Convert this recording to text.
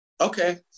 Okay